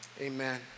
amen